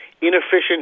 inefficient